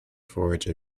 forge